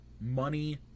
money